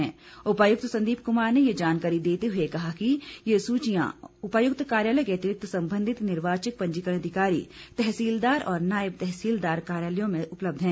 कांगड़ा के उपायुक्त संदीप कुमार ने यह जानकारी देते हुए कहा कि ये सूचियां उपायुक्त कार्यालय के अतिरिक्त संबंधित निर्वाचक पंजीकरण अधिकारी तहसीलदार और नायब तहसीलदार कार्यालयों में उपलब्ध हैं